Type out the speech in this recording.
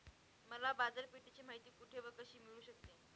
मला बाजारपेठेची माहिती कुठे व कशी मिळू शकते?